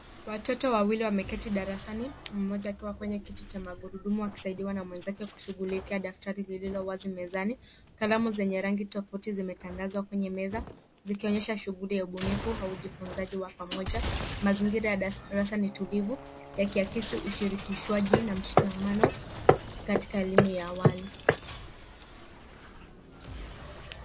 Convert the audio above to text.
Watoto wawili wameketi darasani mmoja akiwa kwenye kiti cha magurudumu akisaidiwa na mwenzake kushughulikia daftari lilo wazi mezani. Kalamu zenye rangi tofauti zimetandazwa kwenye meza zikionyesha shughuli ya ubunifu au ujifunzaji wa pamoja. Mazingira ya darasa ni tulivu yakiakisi ushirikishwaji na mshikamano katika elimu ya awali.